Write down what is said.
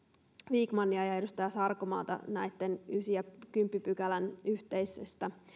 vikmania ja ja edustaja sarkomaata näitten pykälien yhdeksän ja kymmenen yhteisestä